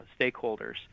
stakeholders